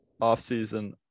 offseason